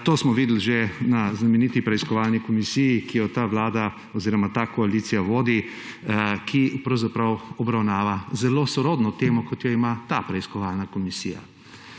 To smo videli že na znameniti preiskovalni komisiji, ki jo ta vlada oziroma ta koalicija vodi, ki pravzaprav obravnava zelo sorodno temo, kot jo ima ta preiskovalna komisija.